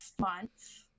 month